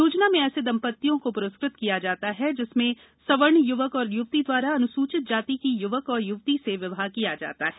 योजना में ऐसे दम्पत्तियों को पुरस्कृत किया जाता है जिसमें सवर्ण युवक अथवा युवती द्वारा अनुसूचित जाति की युवक एवं युवती से विवाह किया जाता है